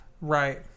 right